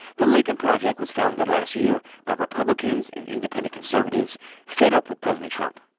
the lincoln project was founded last year by republicans and independent conservatives fed up with president trump,